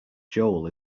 joel